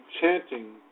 chanting